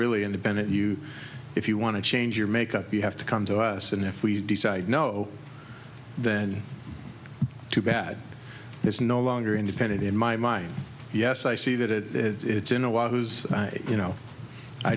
really independent you if you want to change your makeup you have to come to us and if we decide no then too bad there's no longer independent in my mind yes i see that it's in a while because you know i